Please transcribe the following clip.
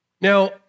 Now